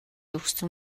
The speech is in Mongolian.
өгсөн